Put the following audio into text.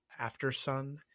Aftersun